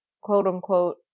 quote-unquote